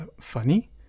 funny